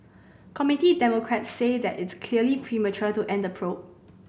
Committee Democrats say that it's clearly premature to end the probe